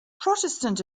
protestant